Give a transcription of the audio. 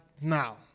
now